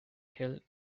tilt